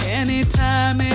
anytime